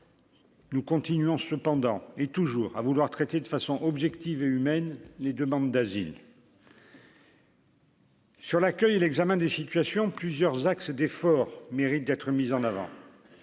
Nous continuons cependant et toujours à vouloir traiter de façon objective et humaine, les demandes d'asile. Sur l'accueil et l'examen des situations plusieurs axes d'effort mérite d'être mise en avant,